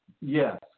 Yes